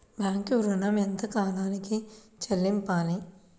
Bank ఋణం ఎంత కాలానికి చెల్లింపాలి?